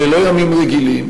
אלה לא ימים רגילים,